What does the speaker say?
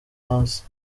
hasi